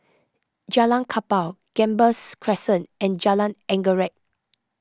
Jalan Kapal Gambas Crescent and Jalan Anggerek